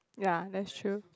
ya that's true